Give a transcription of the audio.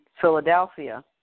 Philadelphia